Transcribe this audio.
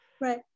right